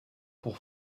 pour